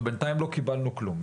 ובינתיים לא קיבלנו כלום.